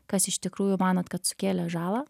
kas iš tikrųjų manot kad sukėlė žalą